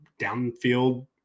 downfield